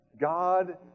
God